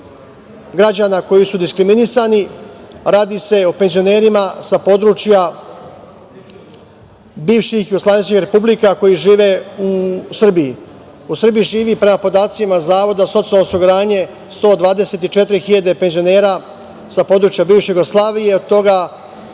građana koji su diskriminisani. Radi se o penzionerima sa područja bivših jugoslovenskih republika koji žive u Srbiji.U Srbiji žive, prema podacima Zavoda za socijalno osiguranje, 124.000 penzionera sa područja bivše Jugoslavije,